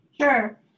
Sure